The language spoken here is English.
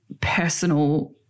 personal